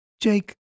Jake